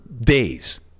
days